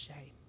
shame